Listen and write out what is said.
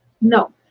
No